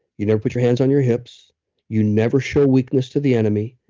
you never put your hands on your hips you never show weakness to the enemy.